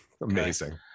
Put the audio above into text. Amazing